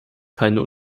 keine